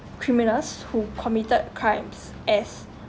criminals who committed crimes as